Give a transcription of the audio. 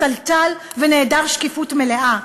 פתלתל ונעדר שקיפות מלאה.